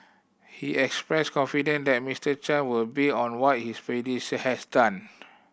he expressed confidence that Mister Chan would be on what his predecessor has done